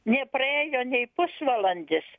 nepraėjo nei pusvalandis